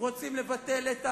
רוצים לבטל את האי-אמון,